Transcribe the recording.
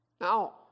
Now